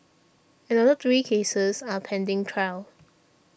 another three cases are pending trial